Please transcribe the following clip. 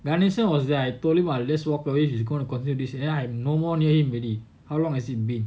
balestier was there I told him I just walk away she's gonna continue this way then I've no more near him already how long has it been